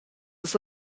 was